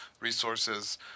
resources